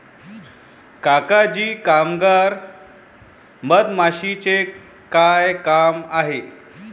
काका जी कामगार मधमाशीचे काय काम आहे